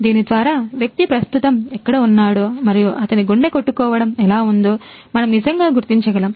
దీని ద్వారా వ్యక్తి ప్రస్తుతం ఎక్కడ ఉన్నాడో మరియు అతని గుండె కొట్టుకోవడం ఎలా ఉందో మనం నిజంగా గుర్తించగలం